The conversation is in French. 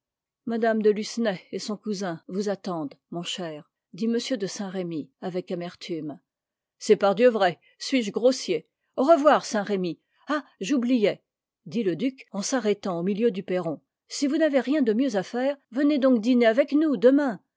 mme de lucenay et son cousin vous attendent mon cher dit m de saint-remy avec amertume c'est pardieu vrai suis-je grossier au revoir saint-remy ah j'oubliais dit le duc en s'arrêtant au milieu du perron si vous n'avez rien de mieux à faire venez donc dîner avec nous demain